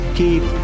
keep